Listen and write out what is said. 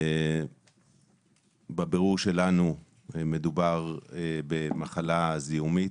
בבירור שלנו מדובר במחלה זיהומית.